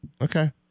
Okay